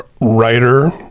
writer